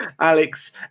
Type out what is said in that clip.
Alex